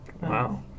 Wow